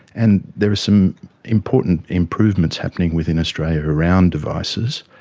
and there are some important improvements happening within australia around devices,